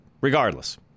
Regardless